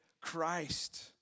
Christ